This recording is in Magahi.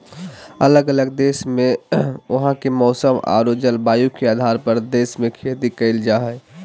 अलग अलग देश मे वहां के मौसम आरो जलवायु के आधार पर देश मे खेती करल जा हय